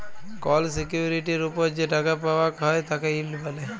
call সিকিউরিটির ওপর যে টাকা পাওয়াক হ্যয় তাকে ইল্ড ব্যলে